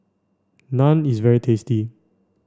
naan is very tasty